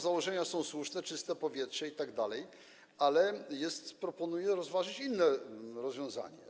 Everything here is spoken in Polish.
Założenia są słuszne, czyste powietrze itd., ale proponuję rozważyć inne rozwiązanie.